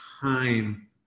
time